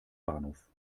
bahnhof